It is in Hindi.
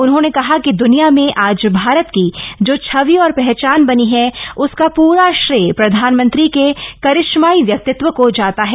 उन्होंने कहा कि दनिया में आज भारत की जो छवि और पहचान बनी है उसका प्रा श्रेय प्रधानमंत्री के करिश्माई व्यक्तित्व को जाता है